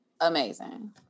Amazing